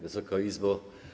Wysoka Izbo!